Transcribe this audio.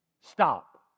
Stop